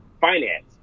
finance